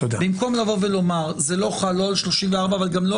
במקום לבוא ולומר זה לא חל לא על 34 אבל גם לא